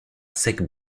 sec